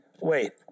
Wait